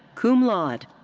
cum laude.